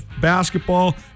basketball